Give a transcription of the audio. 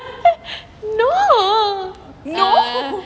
no